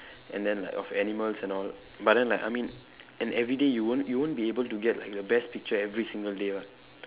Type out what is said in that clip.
and then like of animals and all but then like I mean and everyday you won't you won't be able to get like the best picture every single day what